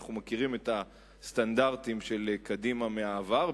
אנחנו מכירים את הסטנדרטים של קדימה מהעבר,